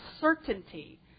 certainty